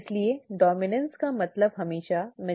इसलिए डॉम्इनॅन्स का मतलब हमेशा मजॉरिटी नहीं होता है